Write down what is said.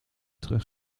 terug